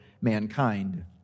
mankind